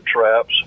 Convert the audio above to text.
traps